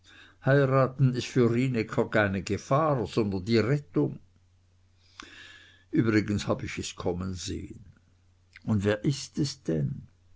heiraten ist für rienäcker keine gefahr sondern die rettung übrigens hab ich es kommen sehen und wer ist es denn